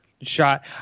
shot